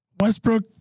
Westbrook